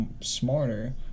smarter